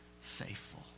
faithful